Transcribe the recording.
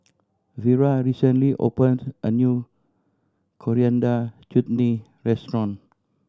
Vera recently opened a new Coriander Chutney restaurant